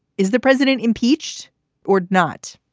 is the president impeached or not?